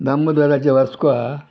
दामदाराचें वस्को हा